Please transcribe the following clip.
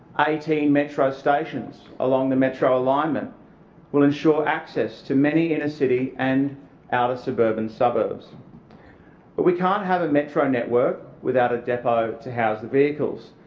eighteen metro stations along the metro alignment will ensure access to many inner city and outer suburban suburbs but we can't have a metro network without a depot house the vehicles.